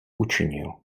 učinil